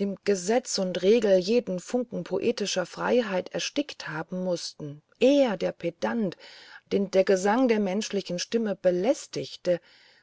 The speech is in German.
dem gesetz und regel jeden funken poetischer freiheit erstickt haben mußten er der pedant den der gesang der menschlichen stimme belästigte